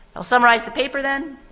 i'll summarise the paper then.